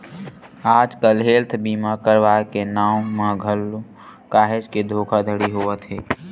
आजकल हेल्थ बीमा करवाय के नांव म घलो काहेच के धोखाघड़ी होवत हे